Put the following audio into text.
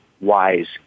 wise